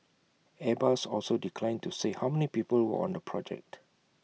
airbus also declined to say how many people were on the project